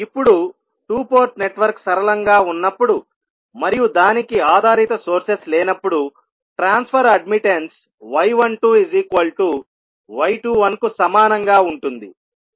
ఇప్పుడు 2 port network సరళంగా ఉన్నప్పుడు మరియు దానికి ఆధారిత సోర్సెస్ లేనప్పుడు ట్రాన్స్ఫర్ అడ్మిట్టన్స్ y12y21 కు సమానంగా ఉంటుంది